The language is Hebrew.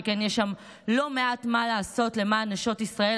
שכן יש שם לא מעט מה לעשות למען נשות ישראל,